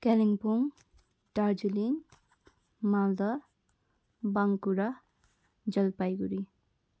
Kalimpong Darjeeling Malda Bankura Jalpaiguri